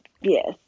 Yes